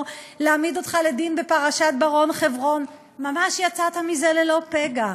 להעמיד אותך לדין בפרשת בר-און חברון ממש יצאת מזה ללא פגע?